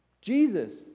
Jesus